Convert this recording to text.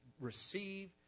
receive